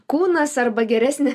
kūnas arba geresnė